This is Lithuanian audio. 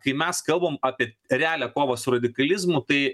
kai mes kalbam apie realią kovą su radikalizmu tai